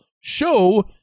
show